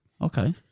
Okay